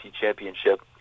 Championship